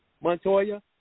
Montoya